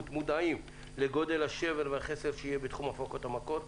מודעים לגודל השבר והחסר שיהיה בתחום הפקות המקור.